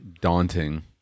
daunting